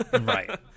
Right